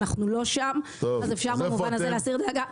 אנחנו לא שם, אז אפשר במובן הזה להסיר דאגה.